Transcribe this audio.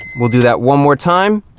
we'll do that one more time.